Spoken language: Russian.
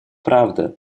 правда